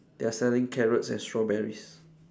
they are selling carrots and strawberries